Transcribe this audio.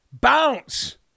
Bounce